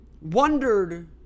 wondered